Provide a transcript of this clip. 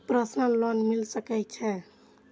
Personal loan मिल सके छे?